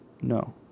No